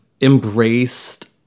embraced